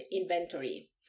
inventory